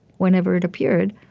whenever it appeared,